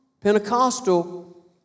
Pentecostal